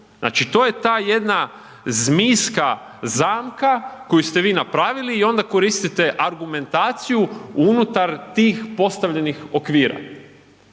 znači to je ta jedna zmijska zamka koju ste vi napravili i onda koristite argumentaciju unutar tih postavljenih okvira,